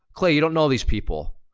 clay, you don't know these people.